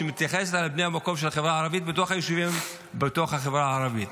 שמתייחסת לבני המקום של החברה הערבית בתוך היישובים של החברה הערבית,